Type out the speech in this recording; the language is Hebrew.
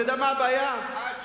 עד 67'